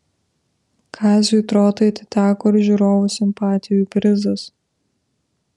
kaziui trotai atiteko ir žiūrovų simpatijų prizas